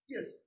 Yes